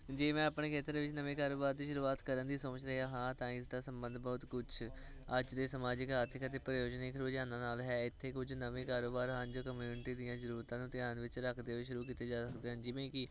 ਜੇ ਮੈਂ ਆਪਣੇ ਖੇਤਰ ਵਿੱਚ ਨਵੇਂ ਕਾਰੋਬਾਰ ਦੀ ਸ਼ੁਰੂਆਤ ਕਰਨ ਦੀ ਸੋਚ ਰਿਹਾ ਹਾਂ ਤਾਂ ਇਸ ਦਾ ਸੰਬੰਧ ਬਹੁਤ ਕੁਛ ਅੱਜ ਦੇ ਸਮਾਜਿਕ ਆਰਥਿਕ ਅਤੇ ਪ੍ਰਯੋਜਨਿਕ ਰੁਝਾਨਾਂ ਨਾਲ ਹੈ ਇੱਥੇ ਕੁਝ ਨਵੇਂ ਕਾਰੋਬਾਰ ਹਨ ਜੋ ਕਮਿਊਨਿਟੀ ਦੀਆਂ ਜ਼ਰੂਰਤਾਂ ਨੂੰ ਧਿਆਨ ਵਿੱਚ ਰੱਖਦੇ ਹੋਏ ਸ਼ੁਰੂ ਕੀਤੇ ਜਾ ਸਕਦੇ ਹਨ ਜਿਵੇਂ ਕਿ